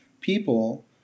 people